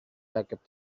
backup